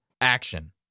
action